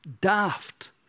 daft